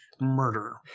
murder